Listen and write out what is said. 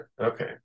Okay